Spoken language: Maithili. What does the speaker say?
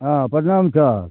हँ प्रणाम सर